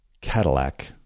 Cadillac